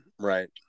right